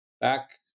back